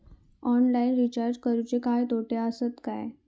Online recharge करुचे काय तोटे आसत काय?